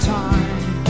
time